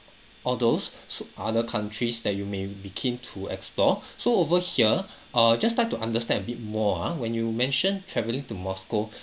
all those s~ other countries that you may be keen to explore so over here err just like to understand a bit more ah when you mentioned travelling to moscow